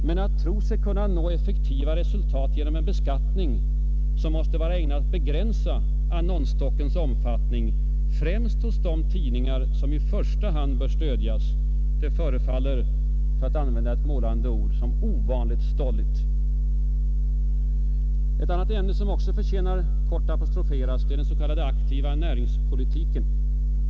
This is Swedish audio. Men att tro sig kunna nå effektiva resultat genom en beskattning, som måste vara ägnad att begränsa annonsstockens omfattning, främst hos de tidningar som i första hand bör stödjas, förefaller — för att använda ett målande ord — ovanligt stolligt. Ett annat ämne, som också förtjänar att kort apostroferas, är den s.k. aktiva näringspolitiken.